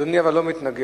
אבל אדוני לא מתנגד.